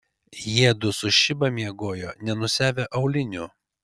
jiedu su šiba miegojo nenusiavę aulinių